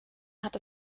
hat